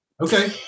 Okay